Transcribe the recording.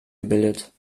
gebildet